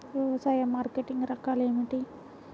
వ్యవసాయ మార్కెటింగ్ రకాలు ఏమిటి?